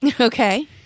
Okay